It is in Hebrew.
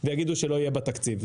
ויגידו שלא יהיה בה תקציב.